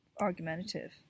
argumentative